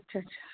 अच्छा अच्छा